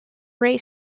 ray